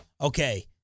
Okay